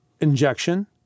injection